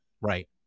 Right